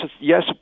yes